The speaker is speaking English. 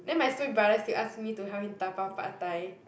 then my stupid brother still ask me to help him dabao Pad-Thai